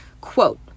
Quote